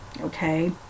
Okay